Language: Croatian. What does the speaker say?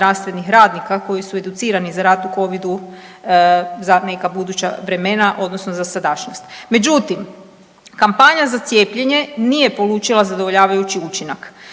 zdravstvenih radnika koji su educirani za rad u Covidu za neka buduća vremena odnosno za sadašnjost. Međutim, kampanja za cijepljenje nije polučila zadovoljavajući učinak.